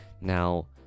now